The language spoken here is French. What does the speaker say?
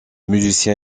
musicien